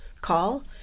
call